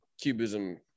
cubism